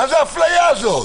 מה זאת האפליה הזאת?